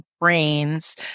brains